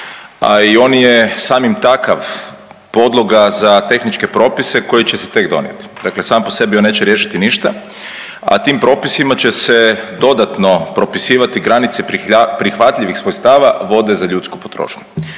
i on je samim takav podloga za tehničke propise koji će se tek donijeti. Dakle sam po sebi on neće riješiti ništa, a tim propisima će se dodatno propisivati granice prihvatljivih svojstava vode za ljudsku potrošnju,